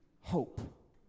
hope